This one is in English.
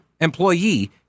employee